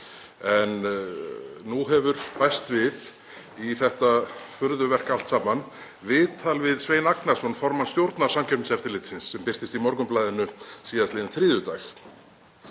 Nú hefur bæst við í þetta furðuverk allt saman viðtal við Svein Agnarsson, formann stjórnar Samkeppniseftirlitsins, sem birtist í Morgunblaðinu síðastliðinn þriðjudag.